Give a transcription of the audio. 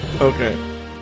Okay